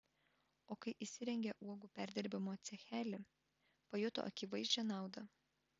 o kai įsirengė uogų perdirbimo cechelį pajuto akivaizdžią naudą